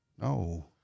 No